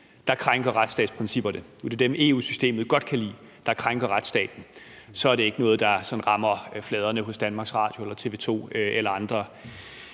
der krænker retsstatsprincipperne. Nu er det dem, EU-systemet godt kan lide, der krænker retsstaten. Så er det ikke noget, der sådan rammer fladerne hos Danmarks Radio eller TV 2 eller andre